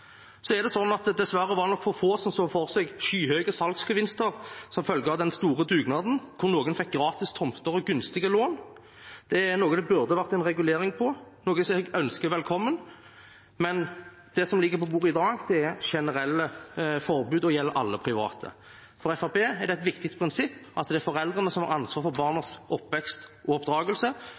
Så er det slik at det dessverre var for få som så for seg skyhøge salgsgevinster som følge av den store dugnaden, hvor noen fikk gratis tomter og gunstige lån. Det er noe det burde vært en regulering av, noe jeg ønsker velkommen, men det som ligger på bordet i dag, er generelle forbud og gjelder alle private. For Fremskrittspartiet er det et viktig prinsipp at det er foreldrene som har ansvaret for barnas oppvekst og oppdragelse.